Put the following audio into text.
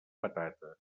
patata